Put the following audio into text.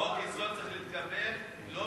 חוק-יסוד צריך להתקבל לא